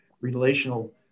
relational